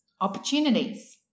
opportunities